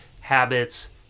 habits